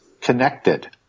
connected